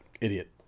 Idiot